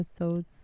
episodes